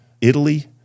Italy